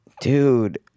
Dude